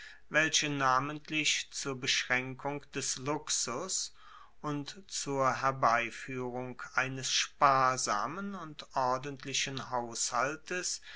welche namentlich zur beschraenkung des luxus und zur herbeifuehrung eines sparsamen und ordentlichen haushaltes